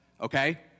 okay